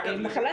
אגב,